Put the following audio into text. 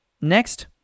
Next